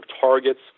targets